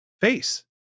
face